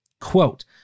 Quote